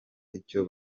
icyo